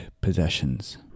possessions